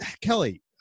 Kelly